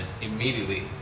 immediately